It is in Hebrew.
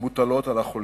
מוטלות על החולים.